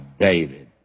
David